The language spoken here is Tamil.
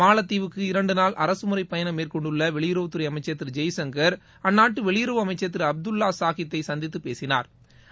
மாலத்தீவுக்கு இரண்டு நாட்கள் அரசுமுறை பயணம் மேற்கொண்டுள்ள வெளியுறவுத்துறை அமைச்ச் திரு ஜெய்சங்கள் அந்நாட்டு வெளியுறவு அமைச்சா் திரு அப்தவ்வா சாஹித் ஐ சந்தித்து பேசினா்